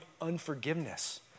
unforgiveness